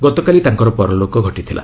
ଗତକାଲି ତାଙ୍କର ପରଲୋକ ଘଟିଥିଲା